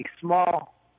small